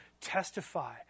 testify